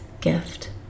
gift